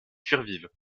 survivent